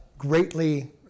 Greatly